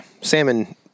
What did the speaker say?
salmon